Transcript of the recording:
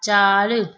चारि